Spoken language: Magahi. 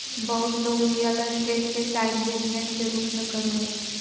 बहुत लोग रियल स्टेट के साइड बिजनेस के रूप में करो हइ